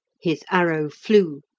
his arrow flew,